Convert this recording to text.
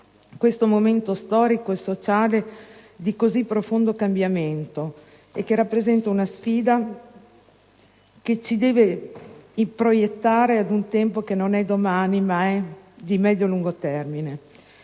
questo momento storico e sociale di così profondo cambiamento e che rappresenta una sfida che ci deve proiettare ad un tempo che non è domani, ma è di medio-lungo termine.